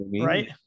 Right